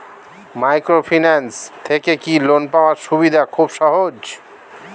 Microfinance থেকে কি loan পাওয়ার সুবিধা খুব সহজ?